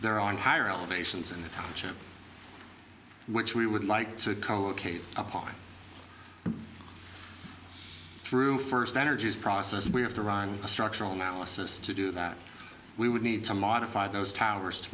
there on higher elevations in the township which we would like to apply through first energy's process and we have to run a structural analysis to do that we would need to modify those towers to